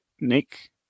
Nick